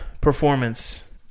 performance